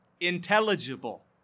intelligible